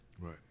Right